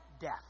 death